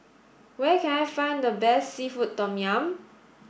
where can I find the best seafood tom yum